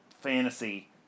fantasy